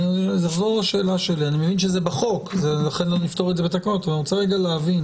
אני מבין שזה בחוק ולכן לא נפתור את זה בתקנות אבל אני רוצה להבין